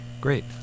great